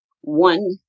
one